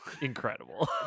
incredible